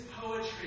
poetry